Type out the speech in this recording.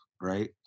right